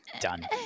done